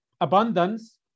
abundance